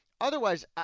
Otherwise